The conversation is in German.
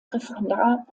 referendar